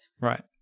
right